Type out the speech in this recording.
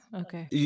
Okay